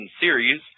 series